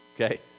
Okay